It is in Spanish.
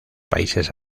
países